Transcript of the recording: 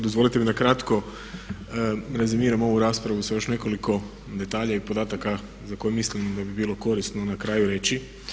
Dozvolite mi da kratko rezimiram ovu raspravu sa još nekoliko detalja i podataka za koje mislim da bi bilo korisno na kraju reći.